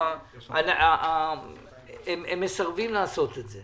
- הם מסרבים לעשות את זה